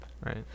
Right